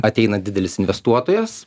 ateina didelis investuotojas